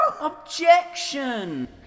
Objection